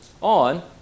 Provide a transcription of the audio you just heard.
on